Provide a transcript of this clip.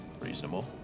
reasonable